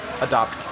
adopt